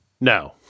No